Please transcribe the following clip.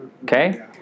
Okay